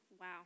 Wow